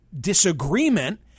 disagreement